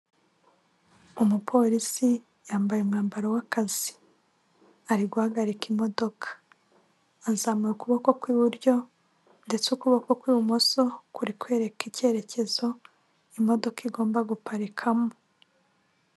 Umupolisi yambaye umwambaro w'akazi ari guhagarika imodoka, azamuye ukuboko kw'iburyo ndetse ukuboko kw'ibumoso ku kwereka icyerekezo imodoka igomba guparikamo.